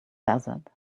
desert